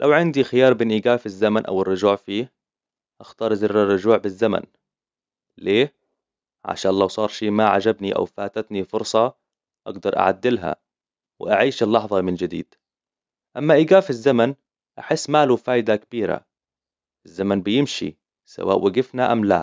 لو عندي خيار ين إيقاف الزمن أو الرجوع فيه أختار زرالرجوع في الزمن ليه؟ عشان لو صار شيء ما عجبني أوفاتتني فرصة أقدر أعدلها وأعيش اللحظة من جديد أما إيقاف الزمن أحس ما له فائدة كبيرة الزمن بيمشي، سواء وقفنا أم لا